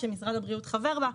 שמשרד הבריאות חבר בה,